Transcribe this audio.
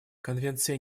конвенция